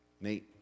Nate